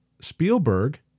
Spielberg